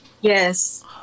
Yes